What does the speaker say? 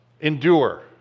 Endure